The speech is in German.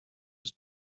ist